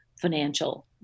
financial